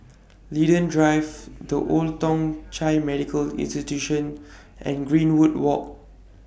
Linden Drive The Old Thong Chai Medical Institution and Greenwood Walk